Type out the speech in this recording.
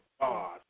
God